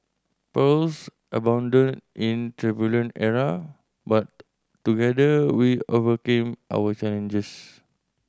perils abounded in turbulent era but together we overcame our challenges